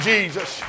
Jesus